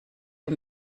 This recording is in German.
für